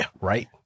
right